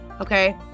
Okay